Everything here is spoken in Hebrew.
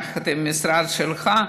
יחד עם המשרד שלך,